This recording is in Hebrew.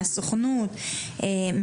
מהסוכנות היהודית,